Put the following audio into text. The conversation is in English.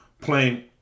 Playing